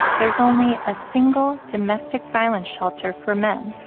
there's only a single domestic violence shelter for men.